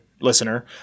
listener